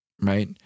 right